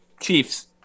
Chiefs